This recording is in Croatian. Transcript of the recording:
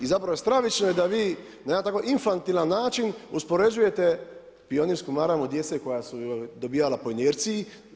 I zapravo stravično je da vi na jedan tako infantilan način uspoređujete pionirsku maramu djece koja su je dobivala po inerciji.